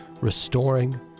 Restoring